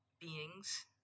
beings